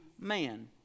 man